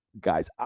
guys